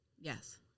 Yes